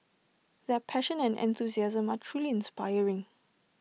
their passion and enthusiasm are truly inspiring